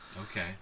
Okay